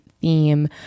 theme